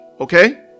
Okay